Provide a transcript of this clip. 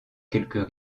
quelques